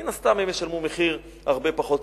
מן הסתם הם ישלמו מחיר הרבה פחות כבד.